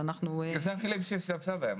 אלה המילים שהיא השתמשה בהן.